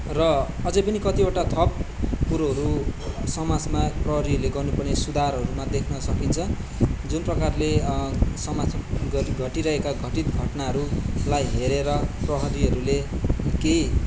र अझै पनि कतिवटा थप कुरोहरू समासमा प्रहरीहरूले गर्नुपर्ने सुधारहरूमा देख्न सकिन्छ जुन प्रकारले समाज घटिरहेका घटित घटनाहरूलाई हेरेर प्रहरीहरूले केही